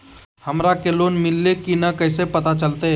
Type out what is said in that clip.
हमरा के लोन मिल्ले की न कैसे पता चलते?